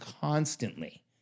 constantly